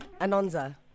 Anonza